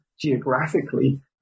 geographically